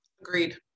Agreed